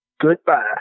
goodbye